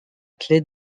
clé